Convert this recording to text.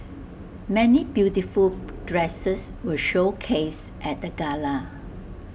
many beautiful dresses were showcased at the gala